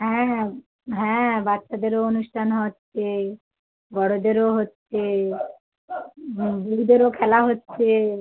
হ্যাঁ হ্যাঁ বাচ্চাদেরও অনুষ্ঠান হচ্ছে বড়োদেরও হচ্ছে বুড়োদেরও খেলা হচ্ছে